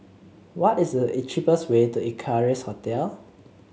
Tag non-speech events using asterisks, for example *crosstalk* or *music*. what is the *unintelligible* cheapest way to Equarius Hotel